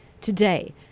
today